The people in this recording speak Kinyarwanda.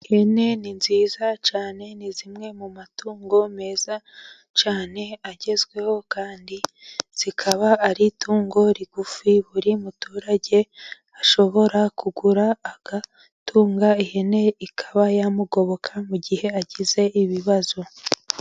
Ihene ni nziza cyane, ni zimwe mu matungo meza cyane agezweho, kandi zikaba ari itungo rigufi buri muturage ashobora kugura agatunga, ihene ikaba yamugoboka mu gihe agize ibibazo.